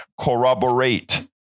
corroborate